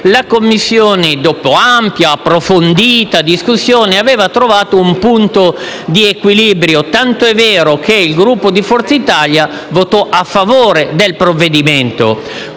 la Commissione, dopo ampia e approfondita discussione, aveva trovato un punto di equilibrio, tant'è vero che il Gruppo di Forza Italia votò a favore del provvedimento,